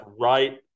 right